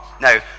Now